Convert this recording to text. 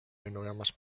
lennujaamas